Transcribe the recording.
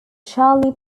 charlie